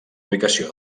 ubicació